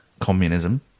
communism